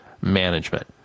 management